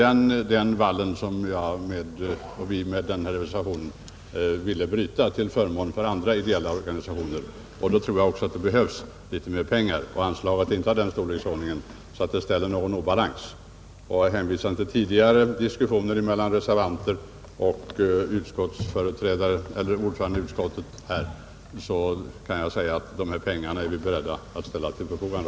Det är den vallen som vi genom vår reservation vill bryta till förmån för andra ideella organisationer. Då tror jag också att det behövs litet mer pengar, och anslaget är inte av den storleksordningen att det framkallar någon obalans i budgeten. Herr talman! Hänvisande till tidigare diskussioner mellan vår fp-reservant och ordföranden i utskottet kan jag åter upprepa att de pengar som erfordras är vi beredda att ställa till förfogande.